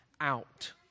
out